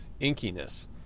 inkiness